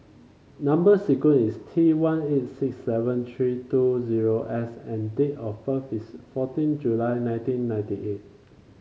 number sequence is T one eight six seven three two zero S and date of birth is fourteen July nineteen ninety eight